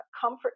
Comfort